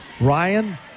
Ryan